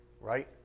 right